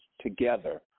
together